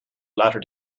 latter